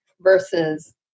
versus